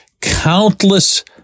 countless